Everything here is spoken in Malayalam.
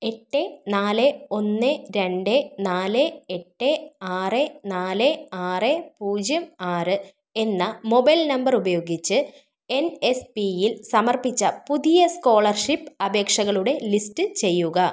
എട്ട് നാല് ഒന്ന് രണ്ട് നാല് എട്ട് ആറ് നാല് ആറ് പൂജ്യം ആറ് എന്ന മൊബൈൽ നമ്പർ ഉപയോഗിച്ച് എൻ എസ് പിയിൽ സമർപ്പിച്ച പുതിയ സ്കോളർഷിപ്പ് അപേക്ഷകളുടെ ലിസ്റ്റ് ചെയ്യുക